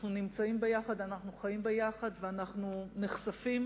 אנחנו נמצאים יחד, אנחנו חיים יחד, ואנחנו נחשפים